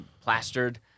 plastered